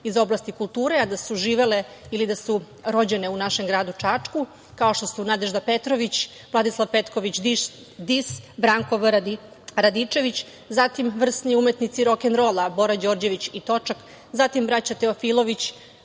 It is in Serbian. iz oblasti kulture, a da su živele ili da su rođene u našem gradu Čačku, kao što su Nadežda Petrović, Vladislav Petković Dis, Branko V. Radičević, vrsni umetnici rokenrola Bora Đorđević i Točak, zatim braća Teofilović,